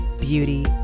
beauty